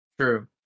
true